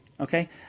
Okay